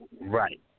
Right